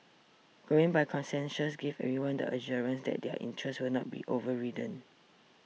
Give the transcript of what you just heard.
going by consensus gives everyone the assurance that their interests will not be overridden